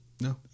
No